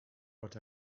but